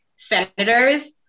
senators